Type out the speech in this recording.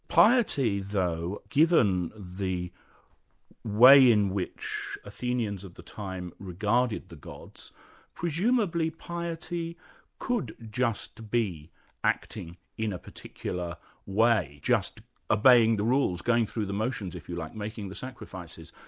piety though, given the way in which athenians at the time regarded the gods presumably piety could just be acting in a particular way, just obeying the rules, going through the motions if you like, making the sacrifices,